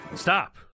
stop